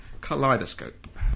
Kaleidoscope